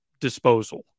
disposal